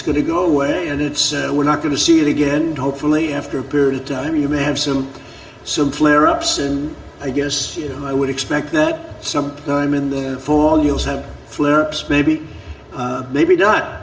to go away. and it's so we're not going to see it again. hopefully, after a period of time, you may have some some flare ups. and i guess i would expect that sometime in the fall you'll have flare ups maybe maybe done.